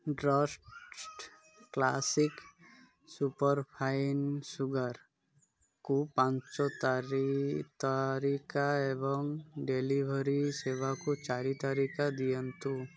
trust classic superfine ସୁଗାର୍କୁ ତାରି ପାଞ୍ଚ ତାରିକା ଏବଂ ଡେଲିଭରି ସେବାକୁ ପାଞ୍ଚ ତାରିକା ଦିଅନ୍ତୁ